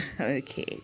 Okay